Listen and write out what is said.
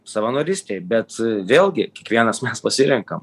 savanorystei bet vėlgi kiekvienas mes pasirenkam